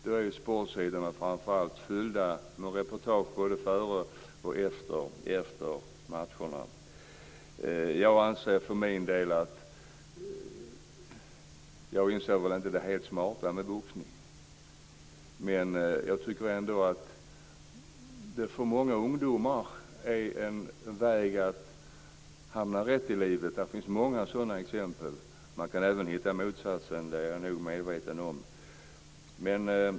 Då är framför allt sportsidorna fyllda med reportage både före och efter matcherna. Jag inser väl för min del inte det helt smarta med boxning, men jag tycker ändå att den för många ungdomar är en väg att hamna rätt i livet. Det finns många sådana exempel. Man kan även hitta motsatsen; det är jag nog medveten om.